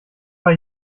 war